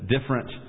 different